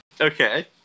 Okay